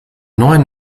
neuen